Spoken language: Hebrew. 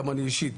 גם אני אישית